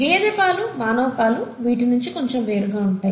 గేదె పాలు మానవ పాలు వీటి నించి కొంచెం వేరుగా ఉంటాయి